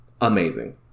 Amazing